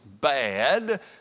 bad